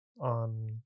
on